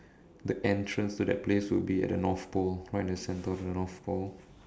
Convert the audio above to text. the entrance to that place would be at the north pole right in the centre of the north pole